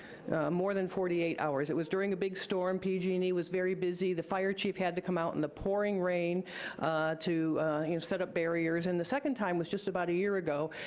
more than forty eight hours. it was during a big storm, pg and e was very busy. the fire chief had to come out in the pouring rain to you know, set up barriers, and the second time was just about a year ago,